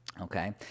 Okay